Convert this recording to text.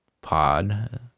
pod